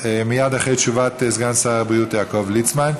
מייד אחרי תשובת סגן שר הבריאות יעקב ליצמן.